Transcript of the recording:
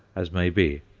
as may be,